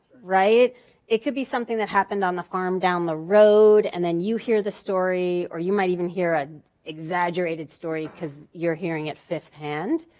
it could be something that happened on the farm down the road and then you hear the story, or you might even hear an exaggerated story cause you're hearing it fifthhand.